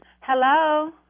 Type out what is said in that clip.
hello